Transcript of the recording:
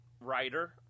writer